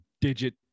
digit